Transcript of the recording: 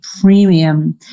premium